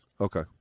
Okay